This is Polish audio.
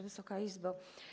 Wysoka Izbo!